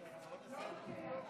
עד עשר